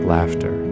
Laughter